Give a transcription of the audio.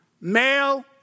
Male